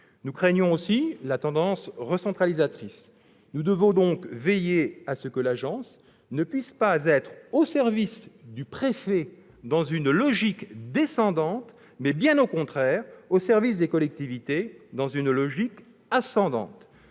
Nous craignons aussi la tendance recentralisatrice. Nous devons donc veiller à ce que l'agence ne puisse pas être au service du préfet dans une logique descendante, mais, bien au contraire, au service des collectivités dans une logique ascendante.